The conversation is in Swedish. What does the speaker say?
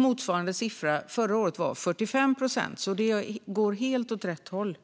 Motsvarande siffra förra året var 45 procent. Det går helt åt rätt håll.